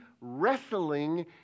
wrestling